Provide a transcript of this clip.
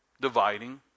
dividing